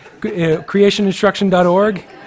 creationinstruction.org